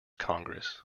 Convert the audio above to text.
congress